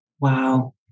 Wow